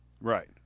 Right